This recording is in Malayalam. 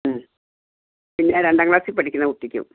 അ പിന്നെ രണ്ടാം ക്ലാസ്സിൽ പഠിക്കുന്ന കുട്ടിക്കും